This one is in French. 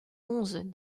onze